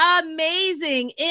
amazing